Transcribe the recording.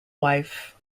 wife